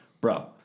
Bro